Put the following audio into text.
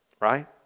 right